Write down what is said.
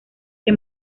que